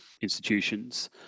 institutions